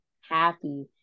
happy